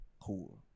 cool